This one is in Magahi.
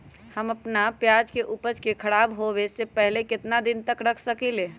हम अपना प्याज के ऊपज के खराब होबे पहले कितना दिन तक रख सकीं ले?